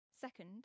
Second